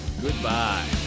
goodbye